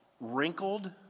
wrinkled